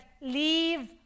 Leave